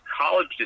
college